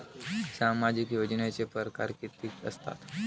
सामाजिक योजनेचे परकार कितीक असतात?